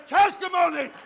testimony